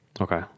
Okay